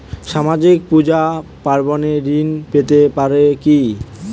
সামাজিক পূজা পার্বণে ঋণ পেতে পারে কি?